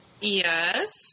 Yes